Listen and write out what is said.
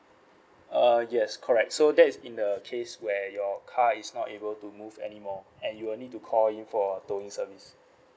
uh yes correct so that's in the case where your car is not able to move anymore and you will need to call in for a towing service